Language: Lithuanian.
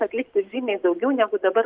atlikti žymiai daugiau negu dabar